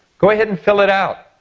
go ahead and fill it out.